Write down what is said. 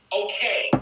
okay